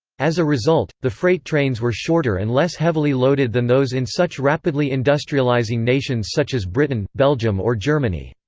as a result, the freight trains were shorter and less heavily loaded than those in such rapidly industrializing nations such as britain, belgium or germany.